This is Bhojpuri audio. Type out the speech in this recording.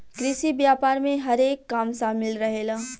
कृषि व्यापार में हर एक काम शामिल रहेला